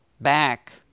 back